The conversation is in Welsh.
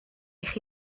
chi